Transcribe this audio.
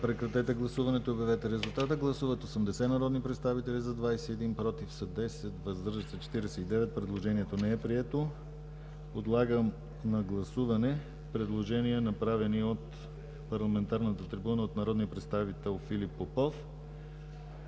което не е подкрепено от Комисията. Гласували 80 народни представители: за 21, против 10, въздържали се 49. Предложението не е прието. Подлагам на гласуване предложения, направени от парламентарната трибуна от народния представител Филип Попов.